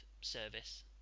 service